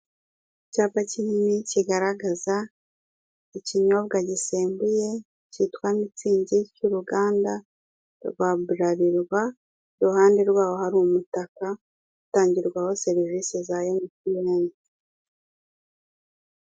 Icyapa kinini kigaragaza ikinyobwa gisembuye kitwa mitsingi cy'uruganda rwa Buralirwa, iruhande rwaho hari umutaka utangirwaho serivise za emutiyeni.